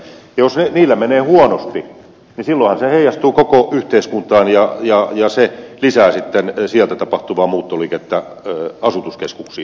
jos niillä menee huonosti niin silloinhan se heijastuu koko yhteiskuntaan ja se lisää sitten sieltä tapahtuvaa muuttoliikettä asutuskeskuksiin